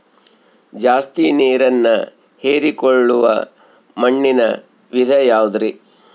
ಜಾಸ್ತಿ ನೇರನ್ನ ಹೇರಿಕೊಳ್ಳೊ ಮಣ್ಣಿನ ವಿಧ ಯಾವುದುರಿ?